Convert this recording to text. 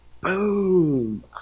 Boom